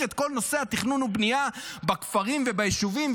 את כל נושא התכנון והבנייה בכפרים וביישובים,